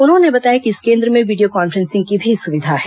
उन्होंने बताया कि इस केंद्र में वीडियो कॉन्फ्रेंसिंग की भी सुविधा है